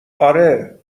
آره